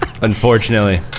Unfortunately